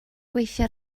gweithio